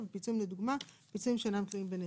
"פיצויים לדוגמה" פיצויים שאינם תלויים בנזק".